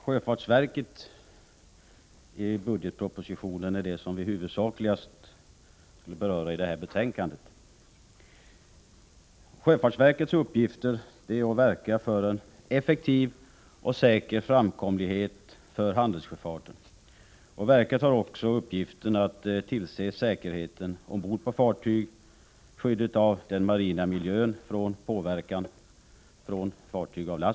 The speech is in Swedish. Herr talman! Den del av budgetpropositionen som vi huvudsakligen berör i detta betänkande gäller sjöfartsverket. Sjöfartsverkets uppgifter är att verka för en effektiv och säker framkomlighet för handelssjöfarten, att tillse säkerheten ombord på fartyg samt att verka för skyddet av den marina miljön mot påverkan från fartyg och last.